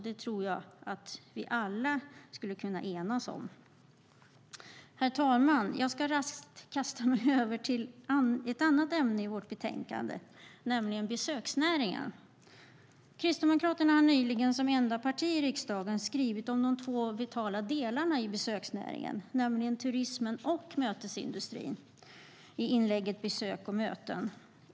Det tror jag att vi alla skulle kunna enas om. Herr talman! Jag ska raskt kasta mig över till ett annat ämne i vårt betänkande, nämligen besöksnäringen. Kristdemokraterna har nyligen, som enda parti i riksdagen, skrivit om de två vitala delarna i besöksnäringen, nämligen turismen och mötesindustrin, i inlägget Besök och möten.